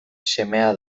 semea